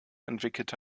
entwickelte